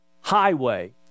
highway